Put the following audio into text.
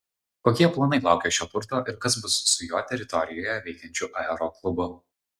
kokie planai laukia šio turto ir kas bus su jo teritorijoje veikiančiu aeroklubu